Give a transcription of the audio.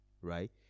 right